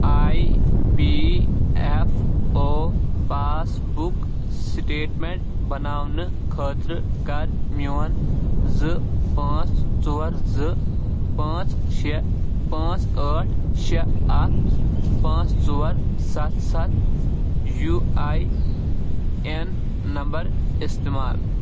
I P F O passbook statement بناونہٕ خٲطرٕ کَر میون زٕ پانٛژھ ژور زٕ پانٛژھ شےٚ پانژھ ٲٹھ شےٚ اَکھ پانٛژھ ژور سَتھ سَتھ یوٗ آی اٮ۪ن نَمبَر استعمال